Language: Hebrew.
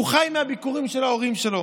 הוא חי מהביקורים של ההורים שלו,